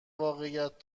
واقعیت